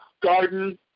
garden